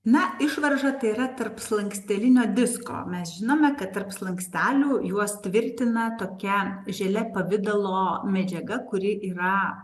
na išvarža tai yra tarpslankstelinio disko mes žinome kad tarp slankstelių juos tvirtina tokia žele pavidalo medžiaga kuri yra